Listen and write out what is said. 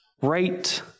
right